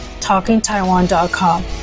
TalkingTaiwan.com